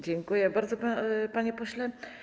Dziękuję bardzo, panie pośle.